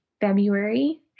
February